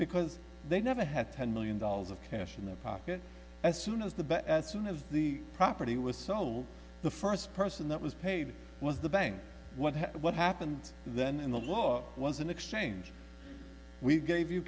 because they never had ten million dollars of cash in their pocket as soon as the bet as soon as the property was sold the first person that was paid was the bank one what happened then and the law was in exchange we gave you